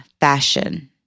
fashion